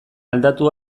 aldatu